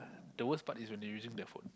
the word spa is when you're using that for